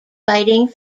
fighting